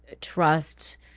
trust